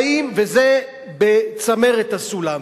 וזה בצמרת הסולם.